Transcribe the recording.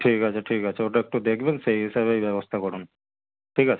ঠিক আছে ঠিক আছে ওটা একটু দেখবেন সেই হিসাবেই ব্যবস্থা করুন ঠিক আছে